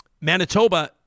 Manitoba